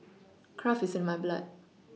craft is in my blood